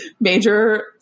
Major